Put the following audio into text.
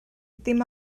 dim